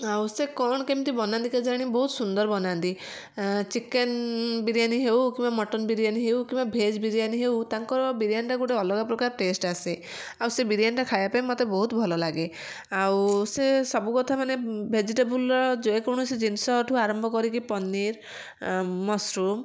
ଆଉ ସେ କ'ଣ କେମିତି ବନାନ୍ତି କେଜାଣି ବହୁତ ସୁନ୍ଦର ବନାନ୍ତି ଚିକେନ୍ ବିରିୟାନି ହେଉ କିମ୍ବା ମଟନ୍ ବିରିୟାନି ହେଉ କିମ୍ବା ଭେଜ୍ ବିରିୟାନି ହେଉ ତାଙ୍କର ବିରିୟାନିଟା ଗୋଟେ ଅଲଗା ପ୍ରକାର ଟେଷ୍ଟ ଆସେ ଆଉ ସେଇ ବିରିୟାନିଟା ଖାଇବା ପାଇଁ ମୋତେ ବହୁତ ଭଲ ଲାଗେ ଆଉ ସେ ସବୁ କଥା ମାନେ ଭେଜିଟେବେଲର ଯେକୌଣସି ଜିନିଷଠୁ ଆରମ୍ଭ କରିକି ପନିର୍ ମସରୁମ୍